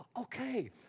okay